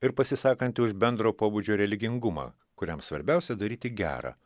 ir pasisakanti už bendro pobūdžio religingumą kuriam svarbiausia daryti gera